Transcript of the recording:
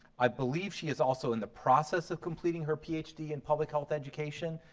i believe she is also in the process of completing her ph d. in public health education.